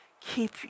keep